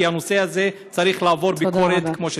כי הנושא זה צריך לעבור ביקורת כמו שצריך.